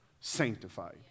sanctified